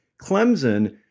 Clemson